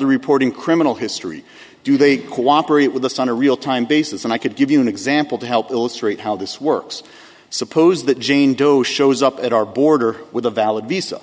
the reporting criminal history do they cooperate with us on a real time basis and i could give you an example to help illustrate how this works suppose that jane doe shows up at our border with a valid visa